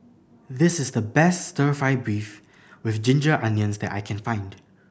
this is the best Stir Fry beef with ginger onions that I can find